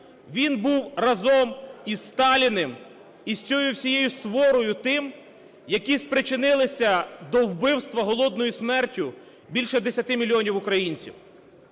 він був разом із Сталіним, із цією всієї сворою тим, які спричинилися до вбивства голодною смертю більше 10 мільйонів українців,